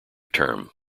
term